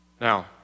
Now